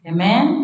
Amen